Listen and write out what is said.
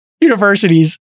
universities